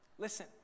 Listen